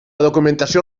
documentació